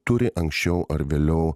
turi anksčiau ar vėliau